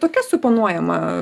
tokia suponuojama